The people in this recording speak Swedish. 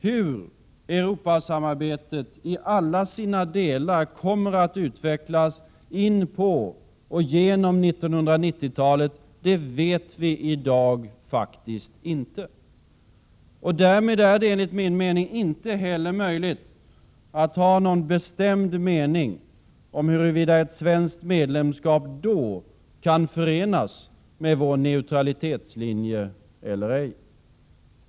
Hur Europasamarbetet i alla sina delar kommer att utvecklas in på och genom 1990-talet vet vi i dag faktiskt inte. Därmed är det inte heller möjligt att ha någon bestämd mening om huruvida ett svenskt medlemskap då kan förenas med vår neutralitetslinje eller ej.